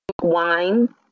wine